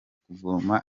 kuvoma